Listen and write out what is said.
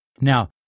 Now